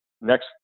next